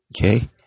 Okay